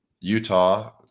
Utah